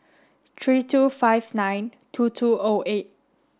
three two five nine two two O eight